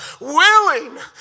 willing